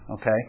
okay